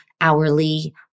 hourly